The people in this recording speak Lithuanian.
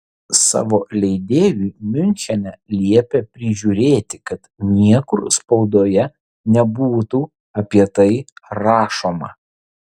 savo leidėjui miunchene liepė prižiūrėti kad niekur spaudoje nebūtų apie tai rašoma